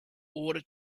order